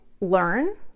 learn